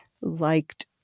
liked